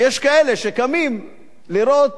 ויש כאלה שקמים לראות